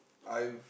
I've